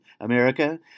America